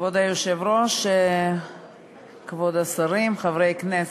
כבוד היושב-ראש, כבוד השרים, חברי כנסת,